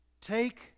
Take